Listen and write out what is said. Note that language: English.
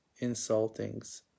insultings